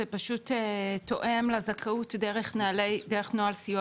זה פשוט תואם לזכאות דרך נוהל סיוע